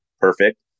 perfect